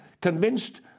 convinced